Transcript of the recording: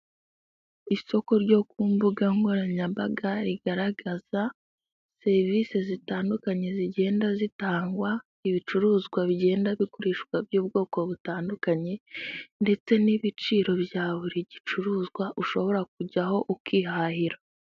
Isoko ryo ku mbuga nkoranyambaga rigaragaza serivisi zitandukanye zigenda zitangwa, ibicuruzwa bigenda bikoreshwa by'ubwoko butandukanye ndetse n'ibiciro bya buri gicuruzwa ushobora kujyaho ukihahira.